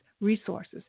resources